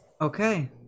Okay